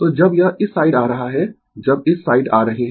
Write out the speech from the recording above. तो जब यह इस साइड आ रहा है जब इस साइड आ रहे हैं